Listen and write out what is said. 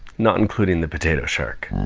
not including the potato shark.